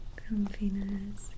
comfiness